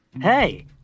Hey